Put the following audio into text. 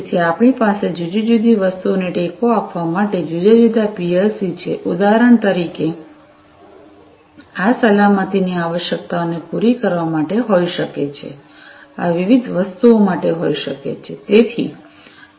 તેથી આપણી પાસે જુદી જુદી વસ્તુઓને ટેકો આપવા માટે જુદા જુદા પીએલસી છે ઉદાહરણ તરીકે આ સલામતીની આવશ્યકતાઓને પૂરી કરવા માટે હોઈ શકે છે આ વિવિધ વસ્તુઓ માટે હોઈ શકે છે